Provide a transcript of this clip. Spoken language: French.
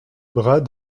bras